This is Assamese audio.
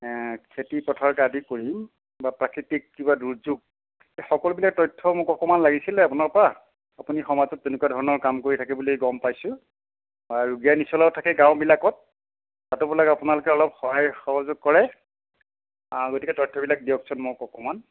খেতি পথাৰকে আদি কৰি বা প্ৰাকৃতিক কিবা দুৰ্যোগ সকলোবিলাক তথ্য মোক অকণমান লাগিছিলে আপোনাৰপৰা আপুনি সমাজত তেনেকুৱা ধৰণৰ কাম কৰি থাকে বুলি গম পাইছোঁ আৰু ৰোগীয়া নিচলাও থাকে গাঁৱবিলাকত তাতো বোলে আপোনালোকে সহায় সহযোগ কৰে গতিকে তথ্যবিলাক দিয়কচোন মোক অকণনাম